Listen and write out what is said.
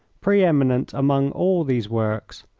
pre-eminent among all these works,